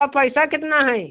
और पैसा कितना है